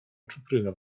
czupryna